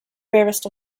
rarest